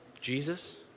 Jesus